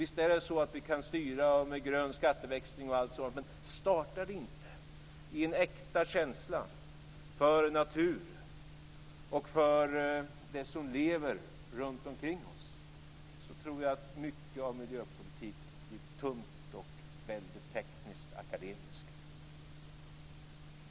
Visst är det så att vi kan styra med grön skatteväxling och allt sådant, men om det inte startar i en äkta känsla för natur och det som lever runtomkring oss tror jag att mycket av miljöpolitiken blir tungt och väldigt tekniskt akademiskt.